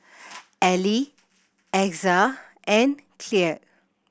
Elie Exa and Kyleigh